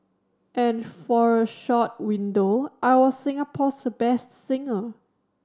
and for a short window I was Singapore's best singer